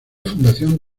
fundación